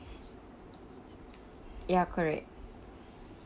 ya correct